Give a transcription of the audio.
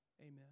Amen